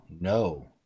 no